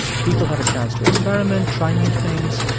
people have a chance to experiment, try new things.